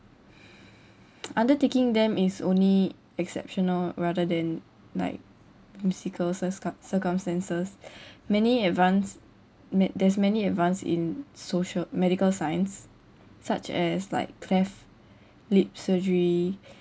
undertaking them is only exceptional rather than like mystical circum~ circumstances many advanced ma~ there's many advance in social medical science such as like cleft lip surgery